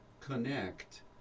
connect